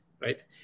right